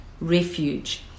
refuge